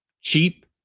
cheap